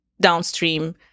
downstream